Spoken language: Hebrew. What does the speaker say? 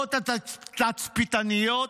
במשפחות התצפיתניות?